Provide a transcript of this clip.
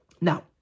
Now